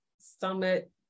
Summit